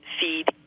feed